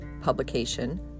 publication